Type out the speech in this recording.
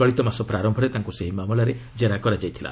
ଚଳିତ ମାସ ପ୍ରାରମ୍ଭରେ ତାଙ୍କୁ ସେହି ମାମଲାରେ ଜେରା କରାଯାଇଥିଲା